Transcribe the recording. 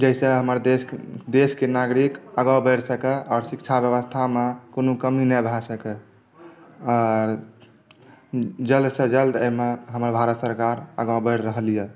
जाहिसँ हमर देश के देश के नागरिक आगाँ बैढ़ सकए और शिक्षा व्यवस्था मे कोनो कमी नहि भऽ सकए आर जल्द सँ जल्द एहिमे हमर भारत सरकार आगाँ बैढ़ रहल यऽ